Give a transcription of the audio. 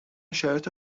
شرایط